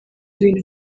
ibintu